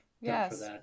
Yes